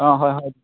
অঁ হয় হয়